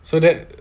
so that